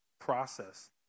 process